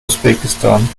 usbekistan